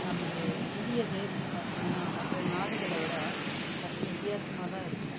நமது இந்திய தேசம் பார்த்திங்கன்னா மற்ற நாடுகளை விட சற்று வித்தியாசமாக தான் இருக்கும்